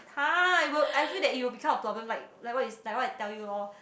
!huh! it will I feel that it will become a problem like like what like what I tell you lor